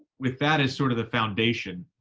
with that as sort of the foundation,